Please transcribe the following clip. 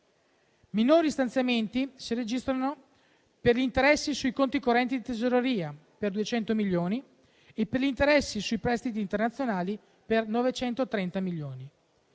Minori stanziamenti si registrano per gli interessi sui conti correnti di tesoreria (per 200 milioni) e per gli interessi sui prestiti internazionali (per 930 milioni).